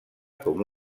com